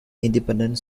independent